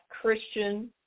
Christian